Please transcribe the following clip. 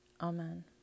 Amen